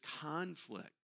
conflict